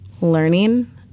learning